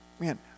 man